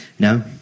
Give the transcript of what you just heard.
No